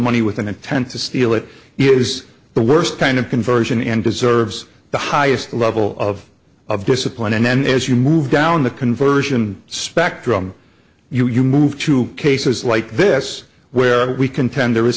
money with an intent to steal it is the worst kind of conversion and deserves the highest level of of discipline and then as you move down the conversion spectrum you you move to cases like this where we contend there is